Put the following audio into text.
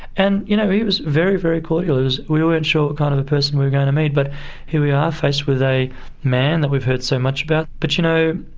and you know he was very, very cordial. we weren't sure what kind of a person we were going to meet, but here we are, faced with a man that we've heard so much about. but, you know,